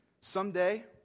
Someday